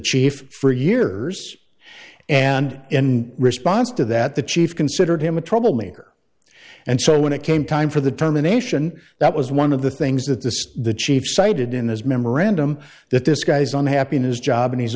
chief for years and in response to that the chief considered him a trouble maker and so when it came time for the terminations that was one of the things that this is the chief cited in his memorandum that this guy's on happiness job and he's